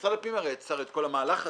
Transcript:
משרד הפנים הרי יצר את כל המהלך הזה,